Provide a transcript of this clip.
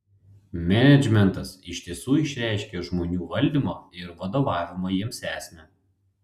menedžmentas iš tiesų išreiškia žmonių valdymo ir vadovavimo jiems esmę